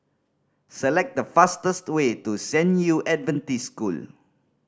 select the fastest way to San Yu Adventist School